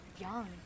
young